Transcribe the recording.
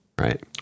Right